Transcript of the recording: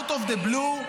out of the blue,